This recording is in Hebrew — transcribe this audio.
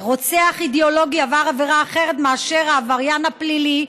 הרוצח האידיאולוגי עבר עבירה אחרת מאשר העבריין הפלילי,